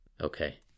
Okay